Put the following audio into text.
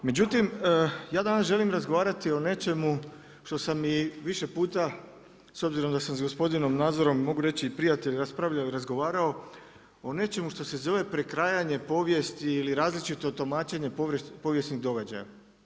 Međutim, ja danas želim razgovarati o nečemu što sam i više puta, s obzirom da sam s gospodinom Nazorom mogu reći prijatelj, raspravljao i razgovarao o nečemu što se zove prekrajanje povijest ili različito tumačenje povijesnih događaja.